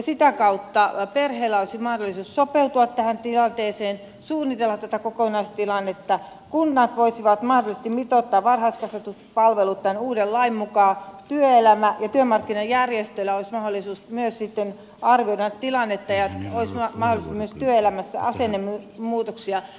sitä kautta perheillä olisi mahdollisuus sopeutua tähän tilanteeseen suunnitella tätä kokonaistilannetta kunnat voisivat mahdollisesti mitoittaa varhaiskasvatuspalvelut tämän uuden lain mukaan myös työmarkkinajärjestöillä olisi mahdollisuus arvioida tilannetta ja olisi mahdollisuus myös työelämässä asennemuutoksiin